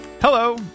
Hello